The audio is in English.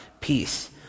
peace